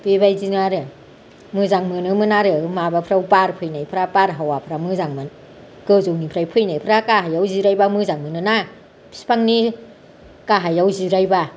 बेबायदिमोन आरो मोजां मोनोमोन आरो माबाफोराव बार फैनायफ्रा बारहावाफ्रा मोजांमोन गोजौनिफ्राय फैनायफ्रा गाहायाव जिरायबा मोजां मोनोना बिफांनि गाहायाव जिरायबा